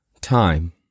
time